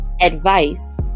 advice